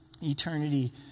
eternity